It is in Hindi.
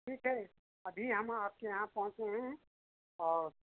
ठीक है अभी हम आपके यहाँ पहुँच रहे हैं और